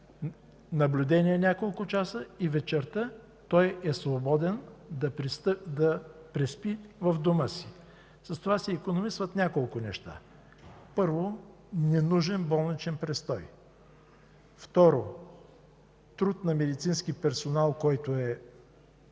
наблюдение и вечерта той е свободен да преспи в дома си. С това се икономисват няколко неща. Първо, ненужен болничен престой. Второ, труд на медицински персонал, който е